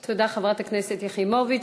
תודה, חברת הכנסת יחימוביץ.